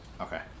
Okay